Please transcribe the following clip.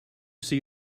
see